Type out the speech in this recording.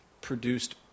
produced